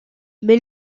mais